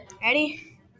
Ready